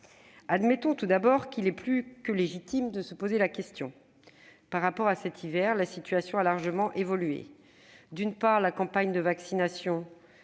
Admettons, tout d'abord, qu'il est plus que légitime de se poser la question. Par rapport à cet hiver, la situation a largement évolué. D'une part, la campagne de vaccination,